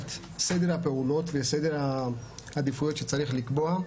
קביעת סדר הפעולות וסדר העדיפויות שצריך לקבוע.